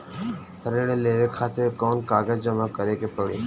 ऋण लेवे खातिर कौन कागज जमा करे के पड़ी?